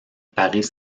paris